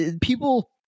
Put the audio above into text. people